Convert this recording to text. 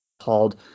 called